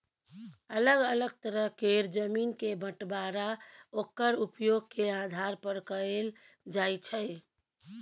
अलग अलग तरह केर जमीन के बंटबांरा ओक्कर उपयोग के आधार पर कएल जाइ छै